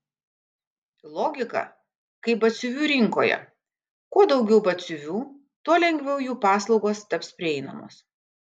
logika kaip batsiuvių rinkoje kuo daugiau batsiuvių tuo lengviau jų paslaugos taps prieinamos